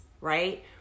right